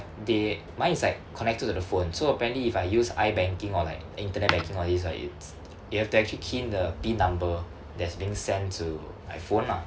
they mine is like connected to the phone so apparently if I use I_banking or like internet banking all this right it's you have to actually key in the PIN number that's being sent to my phone lah